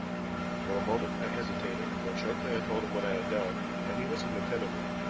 for a moment i hesitated, then shortly i told him what i had done, and he listened attentively.